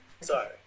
Sorry